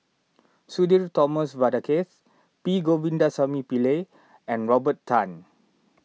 Sudhir Thomas Vadaketh P Govindasamy Pillai and Robert Tan